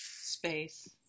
Space